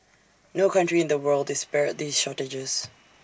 no country in the world is spared these shortages